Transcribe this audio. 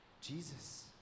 Jesus